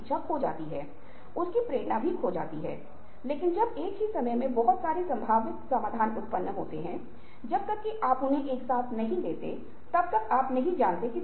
ऐसा नहीं है कि जो लोग बहुत सीधे हैं और जो लोग बहुत सीधे तरीके से बात कर रहे हैं उन्हें बहुत पसंद किया जाएगा